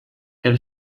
elle